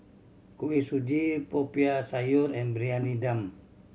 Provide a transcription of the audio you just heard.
Kuih Suji Popiah Sayur and Briyani Dum